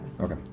Okay